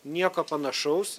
nieko panašaus